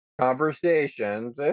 Conversations